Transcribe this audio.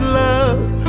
love